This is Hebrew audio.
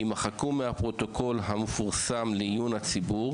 יימחקו מהפרוטוקול המפורסם לעיון הציבור,